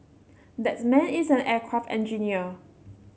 that man is an aircraft engineer